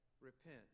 Repent